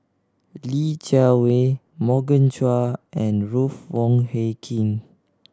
Li Jiawei Morgan Chua and Ruth Wong Hie King